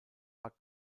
war